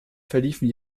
verliefen